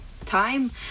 time